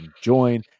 join